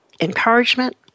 encouragement